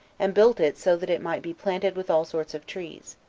and built it so that it might be planted with all sorts of trees.